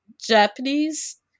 Japanese